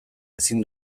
ezin